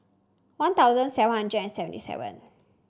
One Thousand seven hundred and seventy seven